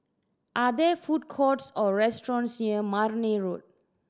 are there food courts or restaurants near Marne Road